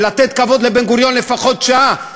ולתת כבוד לבן-גוריון לפחות שעה,